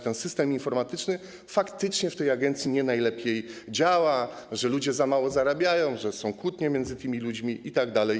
Ten system informatyczny faktycznie w tej agencji nie najlepiej działa, ludzie za mało zarabiają, są kłótnie między tymi ludźmi itd.